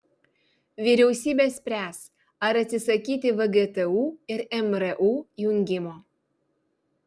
vyriausybė spręs ar atsisakyti vgtu ir mru jungimo